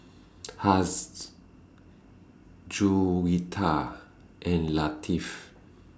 Haziq Juwita and Latif